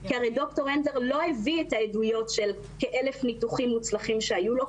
כי הרי דר' הנדלר לא הביא עדויות של כ-1,000 ניתוחים מוצלחים שהיו לו,